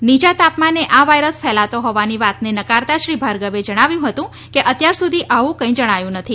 નીયા તાપમાને આ વાયરસ ફેલાતો હોવાની વાતને નકારતા શ્રી ભાર્ગવે જણાવ્યું હતું કે અત્યાર સુધી આવું કંઈ જણાયું નથી